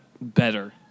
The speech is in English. better